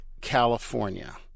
California